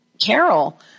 Carol